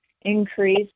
increase